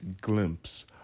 glimpse